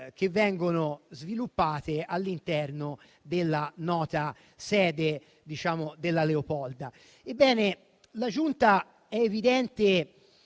che vengono sviluppate all'interno della nota sede della Leopolda. Ebbene, è evidente